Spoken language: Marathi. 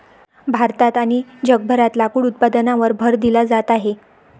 भारतात आणि जगभरात लाकूड उत्पादनावर भर दिला जात आहे